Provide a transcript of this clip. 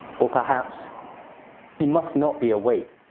or perhaps he must not be awake.